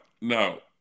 No